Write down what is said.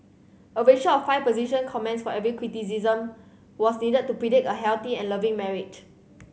a ratio of five position comments for every criticism was needed to predict a healthy and loving marriage